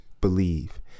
believe